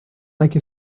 like